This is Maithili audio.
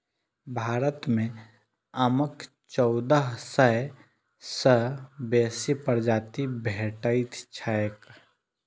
भारत मे आमक चौदह सय सं बेसी प्रजाति भेटैत छैक